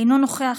אינו נוכח,